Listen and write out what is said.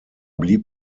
blieb